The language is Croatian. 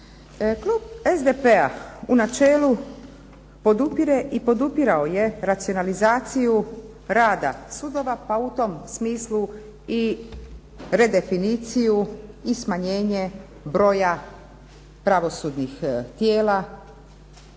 Klub SDP-a u načelu podupire i podupirao je racionalizaciju rada sudova pa u tom smislu i redefiniciju i smanjenje broja pravosudnih tijela,